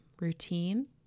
routine